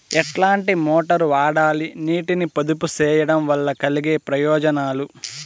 ఎట్లాంటి మోటారు వాడాలి, నీటిని పొదుపు సేయడం వల్ల కలిగే ప్రయోజనాలు?